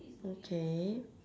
okay